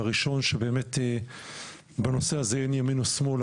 הראשון, שבנושא הזה אין ימין ושמאל.